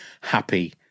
happy